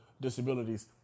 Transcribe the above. disabilities